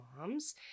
moms